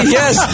yes